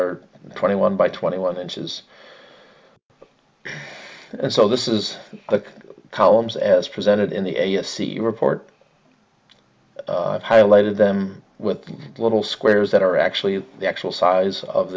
are twenty one by twenty one inches and so this is the columns as presented in the a c report highlighted them with little squares that are actually the actual size of